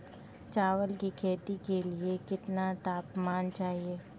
चावल की खेती के लिए कितना तापमान चाहिए?